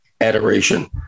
adoration